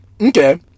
Okay